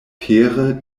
pere